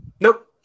Nope